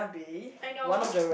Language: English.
I know